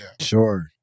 sure